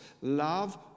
Love